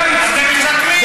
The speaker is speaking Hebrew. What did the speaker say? אתם משקרים.